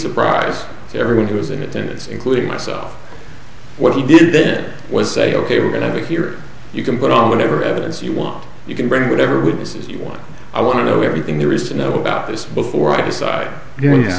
surprise to everyone who was in it and it's including myself what he did was say ok we're going to be here you can put on whatever evidence you want you can bring whatever witnesses you want i want to know everything there is to know about this before i decide